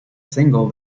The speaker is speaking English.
single